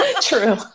True